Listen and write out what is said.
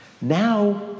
Now